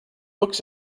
looks